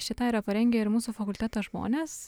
šį tą yra parengę ir mūsų fakulteto žmonės